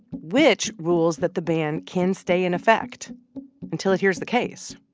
which rules that the ban can stay in effect until it hears the case.